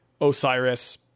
Osiris